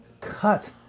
cut